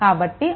కాబట్టి 1